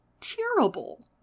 terrible